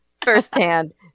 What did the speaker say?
firsthand